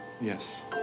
Yes